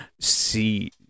see